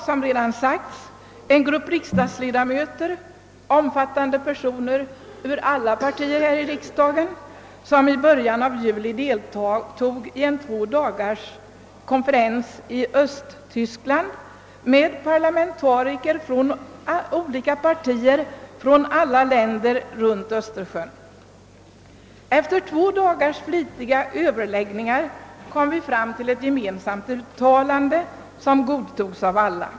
Som redan sagts deltog en grupp riksdagsledamöter bestående av medlemmar i samtliga partier här i riksdagen i början av juli i en tvådagarskonferens i Östtyskland. I den konferensen deltog parlamentariker från alla länder runt Östersjön. Efter två dagars flitiga överläggningar kom vi fram till ett gemensamt uttalande som godtogs av alla.